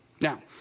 Now